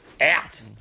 Out